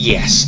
Yes